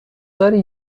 داری